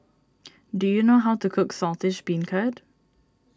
do you know how to cook Saltish Beancurd